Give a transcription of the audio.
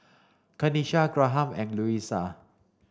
Kenisha Graham and Luisa